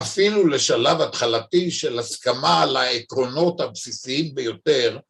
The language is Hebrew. אפילו לשלב התחלתי של הסכמה על העקרונות הבסיסיים ביותר